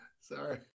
Sorry